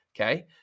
okay